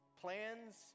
Plans